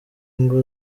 ingo